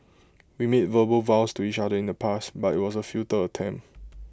we made verbal vows to each other in the past but IT was A futile attempt